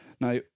Now